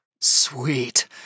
Sweet